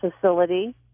facility